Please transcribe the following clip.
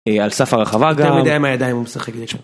על סף הרחבה, גם מדי עם הידיים הוא משחק.